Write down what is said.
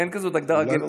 אין כזאת הגדרה גבר רוסי.